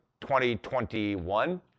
2021